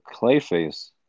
Clayface